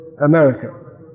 America